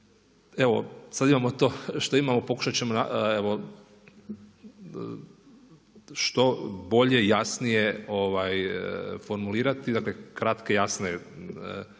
Evo sad imamo to što imamo. Pokušat ćemo evo što bolje, jasnije formulirati, dakle kratke, jasne